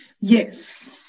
Yes